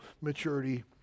maturity